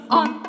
on